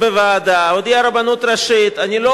בוועדה הודיעה הרבנות הראשית: אני לא